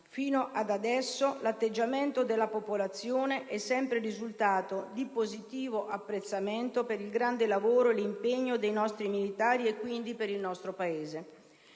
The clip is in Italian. Fino adesso l'atteggiamento della popolazione è sempre risultato di positivo apprezzamento per il grande lavoro e l'impegno profuso dai nostri militari e quindi per il nostro Paese.